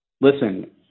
Listen